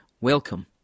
Welcome